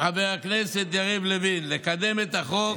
חבר הכנסת יריב לוין לקדם את החוק,